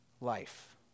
life